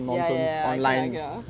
ya ya ya I get I get